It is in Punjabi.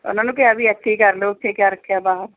ਉਨ੍ਹਾਂ ਨੂੰ ਕਿਹਾ ਵੀ ਇੱਥੇ ਹੀ ਕਰ ਲਉ ਉੱਥੇ ਕਿਆ ਰੱਖਿਆ ਬਾਹਰ